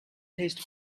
taste